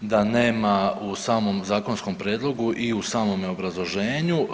da nema u samom zakonskom prijedlogu i u samome obrazloženju.